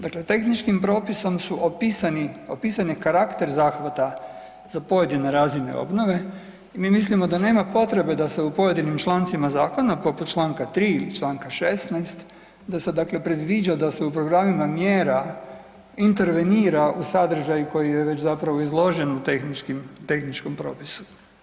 Dakle, tehničkim propisom su opisani, opisan je karakter zahvata za pojedine razine obnove i mi mislimo da nema potrebe da se u pojedinim člancima zakona, poput čl. 3 ili čl. 16. da se dakle predviđa da se u programima mjera intervenira u sadržaj koji je već zapravo izložen u tehničkim, tehničkom propisu.